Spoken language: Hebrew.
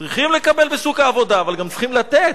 צריכים לקבל בשוק העבודה, אבל גם צריכים לתת,